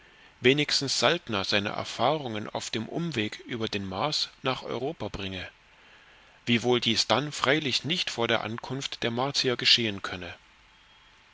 wenigstens saltner seine erfahrungen auf dem umweg über den mars nach europa bringe wiewohl dies dann freilich nicht vor ankunft der martier geschehen könne